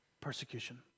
Persecution